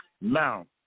Now